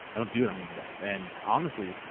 i don't do it on myself. and honestly,